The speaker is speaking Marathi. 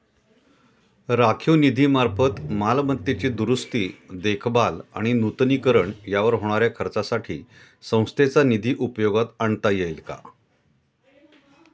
राखीव निधीमार्फत मालमत्तेची दुरुस्ती, देखभाल आणि नूतनीकरण यावर होणाऱ्या खर्चासाठी संस्थेचा निधी उपयोगात आणता येईल का?